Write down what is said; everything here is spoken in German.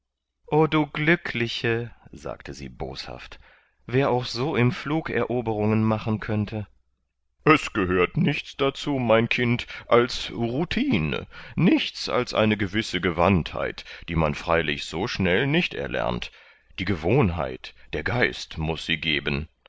o du glückliche sagte sie boshaft wer auch so im flug eroberungen machen könnte es gehört nichts dazu mein kind als routine nichts als eine gewisse gewandtheit die man freilich so schnell nicht erlernt die gewohnheit der geist muß sie geben